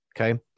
okay